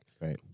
Right